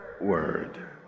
word